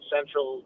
Central